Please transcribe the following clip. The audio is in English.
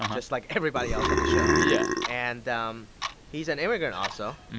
um just like everybody else on the show. yeah and ah um he's an immigrant, also.